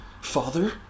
Father